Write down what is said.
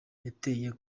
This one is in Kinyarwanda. yateye